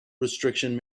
restriction